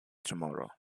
tomorrow